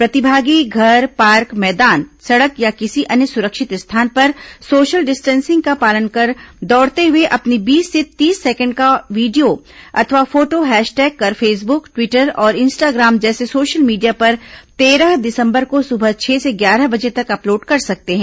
प्रतिभागी घर पार्क मैदान सड़क या किसी अन्य सुरिक्षत स्थान पर सोशल डिस्टिंसिंग का पालन कर दौड़ते हुए अपनी बीस से तीस सेकेंड का वीडियो अथवा फोटो हैशटैग कर फेसबुक ट्वीटर और इंस्टाग्राम जैसे सोशल मीडिया पर तेरह दिसंबर को सुबह छह से ग्यारह बजे तक अपलोड कर सकते हैं